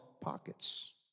pockets